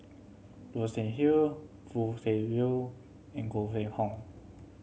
Goi Seng Hew Foo Tui Liew and Koh Mun Hong